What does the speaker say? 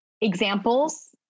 examples